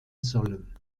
sollen